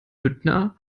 büttner